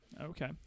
Okay